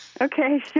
Okay